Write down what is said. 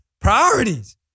Priorities